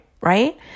right